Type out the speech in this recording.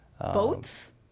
Boats